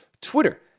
Twitter